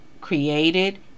created